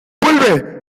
vuelve